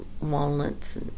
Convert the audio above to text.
walnuts